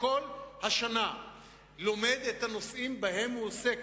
שכל השנה לומד את הנושאים שבהם הוא עוסק,